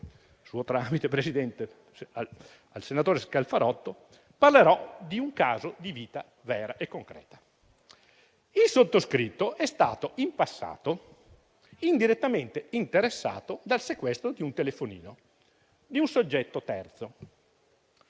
suo tramite, signor Presidente, al senatore Scalfarotto parlerò di un caso di vita vera e concreta. Il sottoscritto è stato in passato indirettamente interessato dal sequestro di un telefonino di un soggetto terzo.